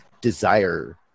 desire